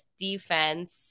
defense